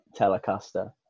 Telecaster